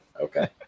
Okay